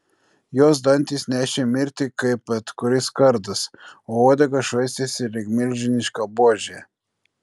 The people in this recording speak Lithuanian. jos dantys nešė mirtį kaip bet kuris kardas o uodega švaistėsi lyg milžiniška buožė